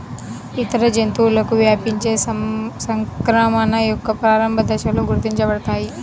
ఇతర జంతువులకు వ్యాపించే సంక్రమణ యొక్క ప్రారంభ దశలలో గుర్తించబడతాయి